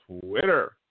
Twitter